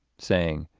saying,